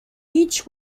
each